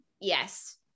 Yes